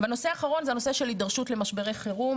והנושא האחרון זה הנושא של הידרשות למשברי חירום.